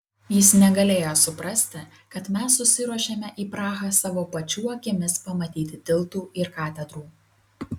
jis negalėjo suprasti kad mes susiruošėme į prahą savo pačių akimis pamatyti tiltų ir katedrų